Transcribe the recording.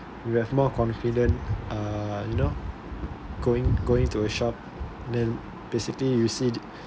you have more confident uh you know going going to a shop then basically you see